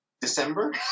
December